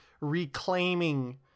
reclaiming